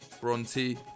Bronte